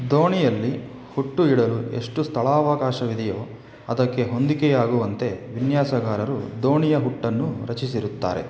ದೋಣಿಯಲ್ಲಿ ಹುಟ್ಟು ಇಡಲು ಎಷ್ಟು ಸ್ಥಳಾವಕಾಶವಿದೆಯೋ ಅದಕ್ಕೆ ಹೊಂದಿಕೆಯಾಗುವಂತೆ ವಿನ್ಯಾಸಗಾರರು ದೋಣಿಯ ಹುಟ್ಟನ್ನು ರಚಿಸಿರುತ್ತಾರೆ